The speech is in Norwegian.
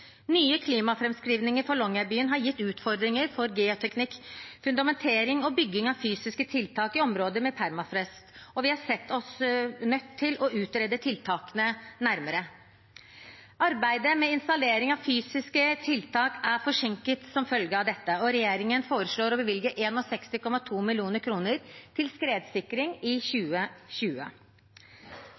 Nye klimaframskrivninger for Longyearbyen har gitt utfordringer for geoteknikk, fundamentering og bygging av fysiske tiltak i områder med permafrost, og vi har sett oss nødt til å utrede tiltakene nærmere. Arbeidet med installering av fysiske tiltak er forsinket som følge av dette, og regjeringen foreslår å bevilge 61,2 mill. kr til skredsikring i 2020.